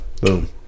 boom